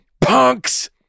punks